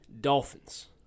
Dolphins